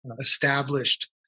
established